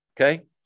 Okay